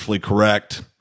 correct